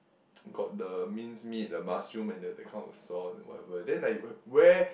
got the minced meat the mushroom and the the kind of sauce then whatever then like where where